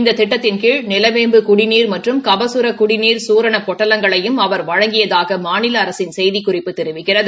இந்த திட்டத்தின் கீழ் நிலவேம்பு குடிநீர் மற்றும் கபகர குடிநீர் சூரண பொட்டலங்களையும் அவர் வழங்கியதாக மாநில அரசின் செய்திக்குறிப்பு தெரிவிக்கிறது